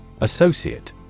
Associate